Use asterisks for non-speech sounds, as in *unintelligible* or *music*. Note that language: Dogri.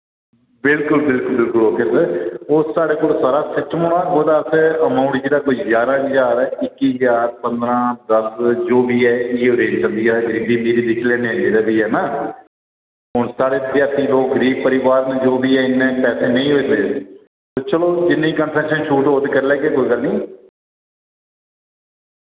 बिल्कुल बिल्कुल बिल्कुल ओके सर ओ साढ़े कोल सारा सिस्टम होना ओह्दा असैं अमाउंट जेह्ड़ा कोई ग्यारां ज्हार इक्की ज्हार पंदरां दस जो बी ऐ इय्यो *unintelligible* दिक्खी लैन्ने आं जेह्ड़ा बी ऐ ना हुन साढ़े क्आसी लोक गरीब परिवार न जो बी ऐ इन्ने पैसे नेईं होई पे ते चलो जिन्नी *unintelligible* छूट होग ते कर लैगे कोई गल्ल नि